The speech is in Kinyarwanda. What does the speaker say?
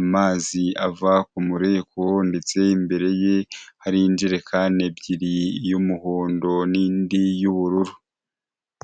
amazi ava ku mureko ndetse imbere ye hari ijerekani ebyiri iy'umuhondo nindi y'ubururu.